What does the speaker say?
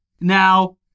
now